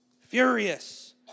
Furious